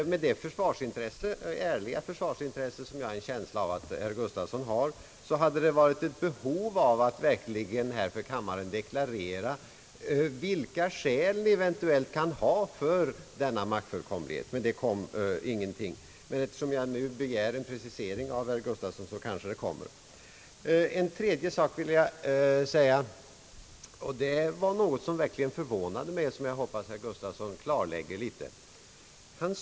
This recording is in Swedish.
Med det ärliga försvarsintresse, som jag har en känsla av att herr Gustavsson har, tycker jag att han borde ha haft ett behov av att inför kammaren verkligen deklarera vilka skäl socialdemokraterna eventuellt kan ha för denna maktfullkomlighet. I sitt anförande nämnde han ingenting därom, men eftersom jag nu begär en precisering kanske han lämnar en sådan. Herr Gustavsson sade någonting som verkligen förvånade mig och som jag hoppas att herr Gustavsson vill klarlägga.